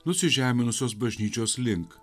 nusižeminusios bažnyčios link